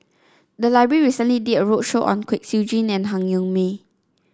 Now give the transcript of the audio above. the library recently did a roadshow on Kwek Siew Jin and Han Yong May